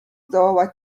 zdołała